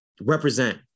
represent